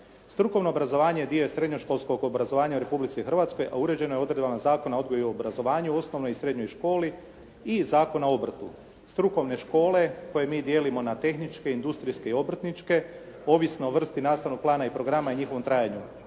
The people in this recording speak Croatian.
Strukovno obrazovanje dio je srednjoškolskog obrazovanja u Republici Hrvatskoj, a uređeno je odredbama Zakona o odgoju i obrazovanju u osnovnoj i srednjoj školi i Zakona o obrtu. Strukovne škole koje mi dijelimo na tehničke, industrijske i obrtničke, ovisno o vrsti nastavnog plana i programa i njihovom trajanju.